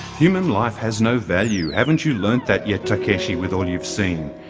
human life has no value. haven't you learned that yet takeshi with all you've seen?